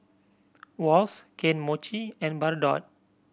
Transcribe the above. Wall's Kane Mochi and Bardot